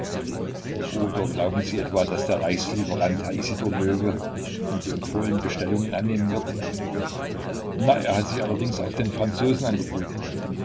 oder glauben sie etwa daß der reichslieferant herr isidor löwe von den polen bestellungen annehmen wird na er hat sich allerdings auch den franzosen angeboten